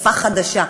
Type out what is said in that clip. שפה חדשה,